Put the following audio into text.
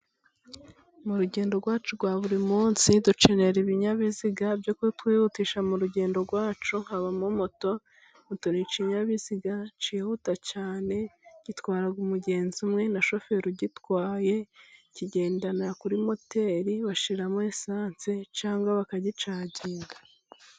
Mu rugendo rwacu rwa buri munsi, dukenera ibinyabiziga byo kutwihutisha mu rugendo rwacu. Habamo moto, moto ni ikinyabiziga cyihuta cyane gitwara umugenzi umwe na shoferi ugitwaye. Kigenda nka vero moteri, bashyiramo esanse cyangwa bakagicaginga.